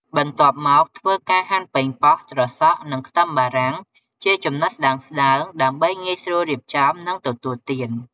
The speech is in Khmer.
បន្ទាប់មកធ្វើការហាន់ប៉េងប៉ោះ ត្រសក់ និងខ្ទឹមបារាំងជាចំណិតស្តើងៗ ដើម្បីងាយស្រួលរៀបចំ និងទទួលទាន។